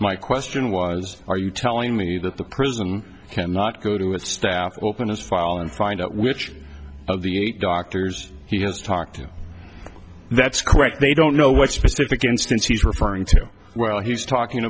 my question was are you telling me that the prison can not go to a staff open his fall and find out which of the eight doctors he has talked to that's correct they don't know what specific instance he's referring to well he's talking